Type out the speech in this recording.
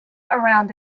around